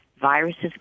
viruses